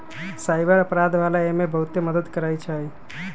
cyber अपराध वाला एमे बहुते मदद करई छई